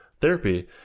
therapy